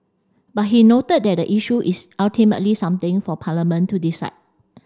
but he noted that the issue is ultimately something for Parliament to decide